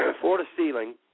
Floor-to-ceiling